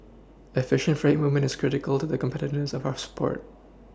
efficient freight movement is critical to the competitiveness of our sport